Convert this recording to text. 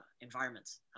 environments